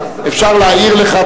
אפשר להעיר לך,